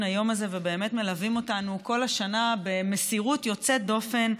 היום הזה ובאמת מלווים אותנו כל השנה במסירות יוצאת דופן,